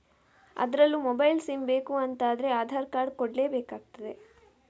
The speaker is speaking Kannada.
ಅದ್ರಲ್ಲೂ ಮೊಬೈಲ್ ಸಿಮ್ ಬೇಕು ಅಂತ ಆದ್ರೆ ಆಧಾರ್ ಕಾರ್ಡ್ ಕೊಡ್ಲೇ ಬೇಕಾಗ್ತದೆ